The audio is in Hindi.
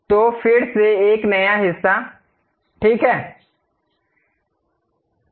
तो फिर से एक नया हिस्सा ठीक है